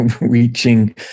reaching